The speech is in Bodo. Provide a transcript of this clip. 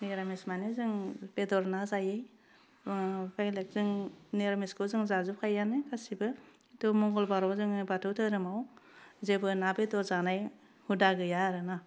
मिरामिस माने जों बेदर ना जायै बेगेलजों मिरामिसखौ जों जाजोबखायोआनो गासिबो खिन्थु मंगलबाराव जोङो बाथौ धोरोमाव जेबो ना बेदर जानाय हुदा गैया आरो ना